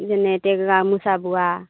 যেনে এতিয়া গামোচা বোৱা